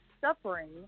suffering